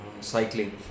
cycling